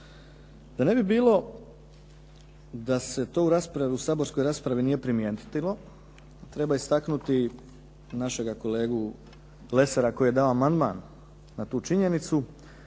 Da ne bi bilo da se to u saborskoj raspravi nije primijetilo, treba istaknuti našeg kolegu Lesara koji je dao amandman na tu činjenicu